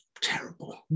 terrible